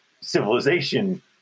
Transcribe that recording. civilization